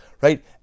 right